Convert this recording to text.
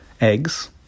Eggs